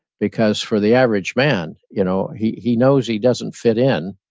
because for the average man, you know he he knows he doesn't fit in.